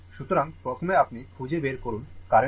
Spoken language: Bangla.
সুতরাং প্রথমে আপনি খুঁজে বের করুন কারেন্ট কি